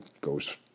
goes